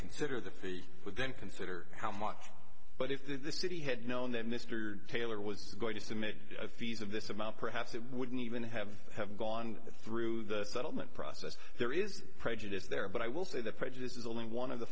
consider the fee would then consider how much but if the city had known that mr taylor was going to submit fees of this amount perhaps it wouldn't even have have gone through the settlement process there is prejudice there but i will say that prejudice is only one of the